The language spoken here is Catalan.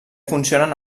funcionen